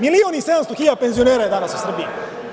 Milion i sedamsto penzionera je danas u Srbiji.